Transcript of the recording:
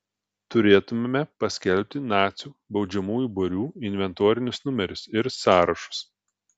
turėtumėme paskelbti nacių baudžiamųjų būrių inventorinius numerius ir sąrašus